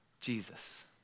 Jesus